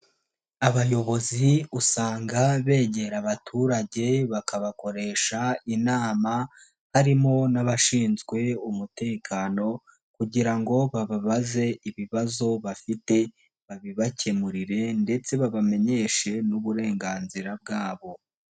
Abayobozi usanga begera abaturage bakabakoresha inama, harimo n'abashinzwe umutekano, kugira ngo bababaze ibibazo bafite, babibakemurire ndetse babamenyeshe n'uburenganzira bwabo.